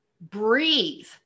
breathe